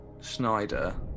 Schneider